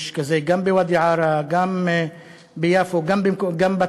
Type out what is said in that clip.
יש כזה גם בוואדי-עארה, גם ביפו, גם בצפון.